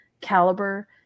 caliber